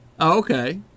Okay